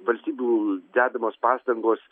valstybių dedamos pastangos